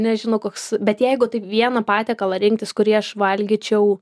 nežinau koks bet jeigu taip vieną patiekalą rinktis kurį aš valgyčiau